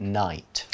night